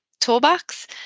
toolbox